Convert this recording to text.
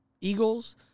Eagles